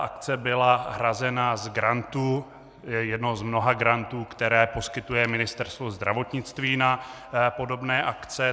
Akce byla hrazena z grantu, jednoho z mnoha grantů, které poskytuje Ministerstvo zdravotnictví na podobné akce.